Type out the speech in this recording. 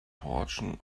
portion